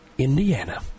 Indiana